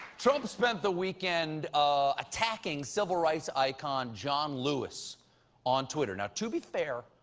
trump spent the weekend attacking civil rights icon john lewis on twitter. now to be fair,